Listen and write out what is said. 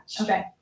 Okay